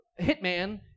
Hitman